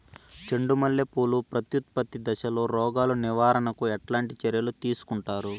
చెండు మల్లె పూలు ప్రత్యుత్పత్తి దశలో రోగాలు నివారణకు ఎట్లాంటి చర్యలు తీసుకుంటారు?